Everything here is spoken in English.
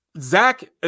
Zach